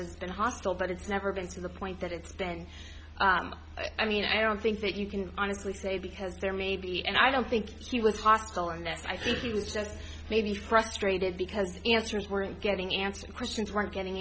has been hostile but it's never been to the point that it's been i mean i don't think that you can honestly say because there may be and i don't think he was hostile and yes i think he was just maybe frustrated because the answers weren't getting answers questions weren't getting